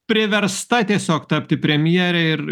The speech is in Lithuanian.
priversta tiesiog tapti premjere ir